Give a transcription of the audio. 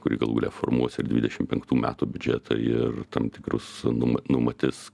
kuri galų gale formuos ir dvidešim penktų metų biudžetą ir tam tikrus numa numatis